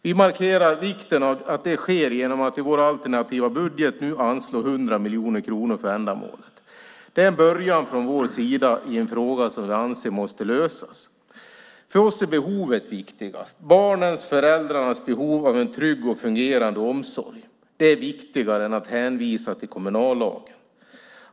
Vi markerar vikten av att det sker genom att i vår alternativa budget nu anslå 100 miljoner kronor för ändamålet. Det är en början från vår sida i en fråga som vi anser måste lösas. För oss är behovet viktigast, barnens och föräldrarnas behov av en trygg och fungerande omsorg. Det är viktigare än att hänvisa till kommunallagen.